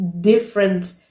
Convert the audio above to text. different